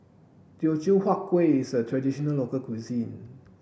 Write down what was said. Teochew Huat Kueh is a traditional local cuisine